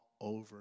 over